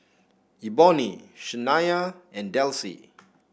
Eboni Shania and Delcie